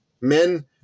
Men